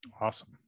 Awesome